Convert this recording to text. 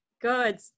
Good